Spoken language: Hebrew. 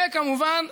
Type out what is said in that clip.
וכמובן,